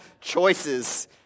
choices